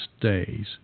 days